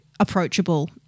Approachable